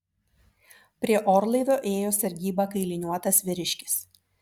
prie orlaivio ėjo sargybą kailiniuotas vyriškis